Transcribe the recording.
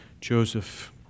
Joseph